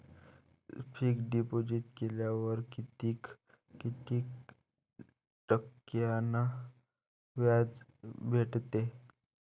Fix deposit केल्यावर कितीक टक्क्यान व्याज भेटते?